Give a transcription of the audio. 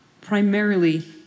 primarily